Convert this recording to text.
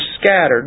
scattered